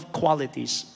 qualities